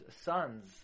sons